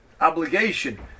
obligation